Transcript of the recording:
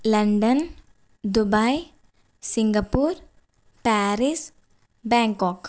London Dubai Singapore Paris Bangkok